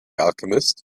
alchemist